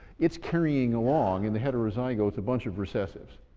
it's carrying along in the heterozygotes a bunch of recessives.